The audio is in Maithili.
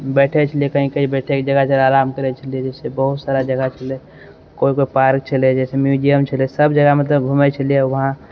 बैठे छलिया कहिं कहिं बैठके जगह जगह आराम करै छलिया जाइसँ बहुत सारा जगह छलै कोइ कोइ पार्क छलै जैसे म्यूजियम छलै सबजगह मतलब घुमै छलियै वहाँ